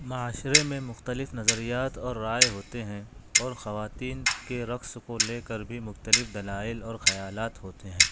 معاشرے میں مختلف نظریات اور رائے ہوتے ہیں اور خواتین کی رقص کو لے کر بھی مختلف دلائل اور خیالات ہوتے ہیں